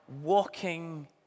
walking